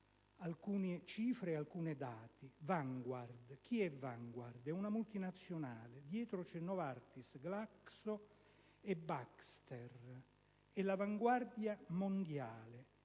alcune cifre e alcuni dati. Chi è Vanguard? È una multinazionale. Dietro ci sono Novartis, Glaxo e Baxter; è l'avanguardia mondiale.